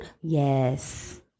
Yes